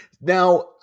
Now